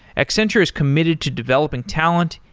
accenture is committed to developing talent,